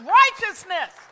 righteousness